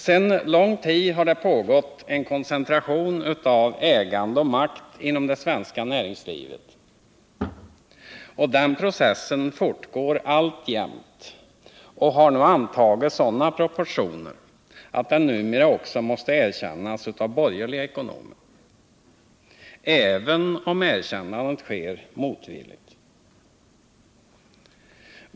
Sedan lång tid har det pågått en koncentration av ägande och makt inom det svenska näringslivet. Den processen fortgår alltjämt och har nu antagit sådana proportioner att den numera också måste erkännas av borgerliga ekonomer, även om erkännandet sker motvilligt.